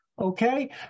Okay